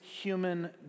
human